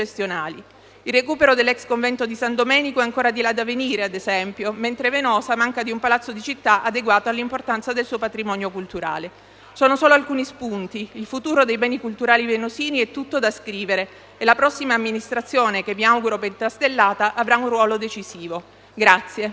Il recupero dell'ex Convento di San Domenico è ancora di là da venire, ad esempio, mentre Venosa manca di un palazzo di città adeguato all'importanza del suo patrimonio culturale. Sono solo alcuni spunti, il futuro dei beni culturali venosini è tutto da scrivere e la prossima amministrazione, che mi auguro pentastellata, avrà un ruolo decisivo.